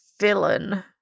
villain